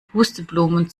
pusteblumen